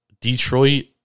Detroit